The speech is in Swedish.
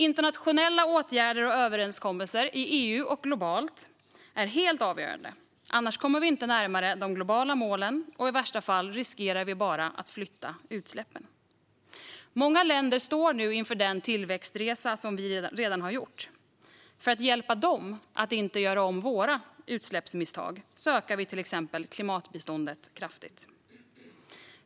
Internationella åtgärder och överenskommelser, i EU och globalt, är helt avgörande. Annars kommer vi inte närmare de globala målen, och i värsta fall riskerar vi att bara flytta utsläppen. Många länder står nu inför den tillväxtresa som vi redan har gjort. För att hjälpa dem att inte göra om våra utsläppsmisstag utökar vi klimatbiståndet kraftigt.